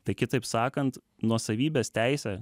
tai kitaip sakant nuosavybės teise